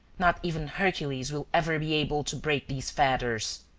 not even hercules will ever be able to break these fetters.